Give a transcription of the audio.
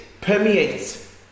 permeates